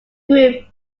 group